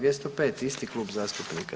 205. isti klub zastupnika.